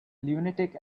lunatic